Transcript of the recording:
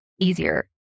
easier